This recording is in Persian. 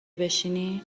بشینی